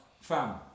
fam